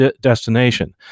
destination